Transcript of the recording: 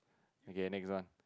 okay next one